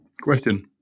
Question